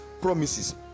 promises